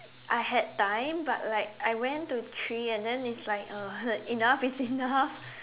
I had time but like I went to three and then it's like uh enough is enough